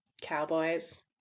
cowboys